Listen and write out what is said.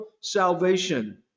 salvation